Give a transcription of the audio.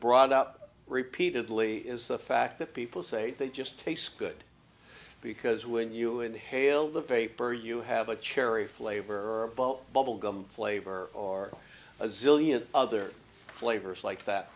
brought up repeatedly is the fact that people say they just taste good because when you inhale the vapor you have a cherry flavor bubble gum flavor or a zillion other flavors like that